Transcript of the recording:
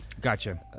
Gotcha